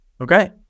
Okay